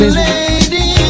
lady